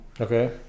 Okay